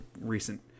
recent